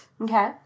Okay